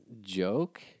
joke